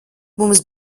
mums